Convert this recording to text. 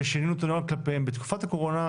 ושינינו את הנוהל כלפיהם בתקופת הקורונה,